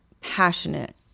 passionate